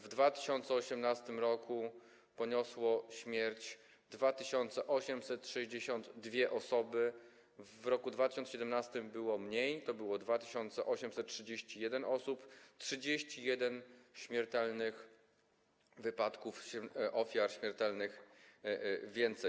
W 2018 r. poniosły śmierć 2862 osoby, w roku 2017 było ich mniej, to było 2831 osób, czyli mamy 31 śmiertelnych wypadków, ofiar śmiertelnych więcej.